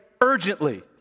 urgently